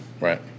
Right